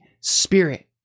Spirit